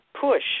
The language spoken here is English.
push